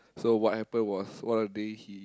so what happened was one of the day he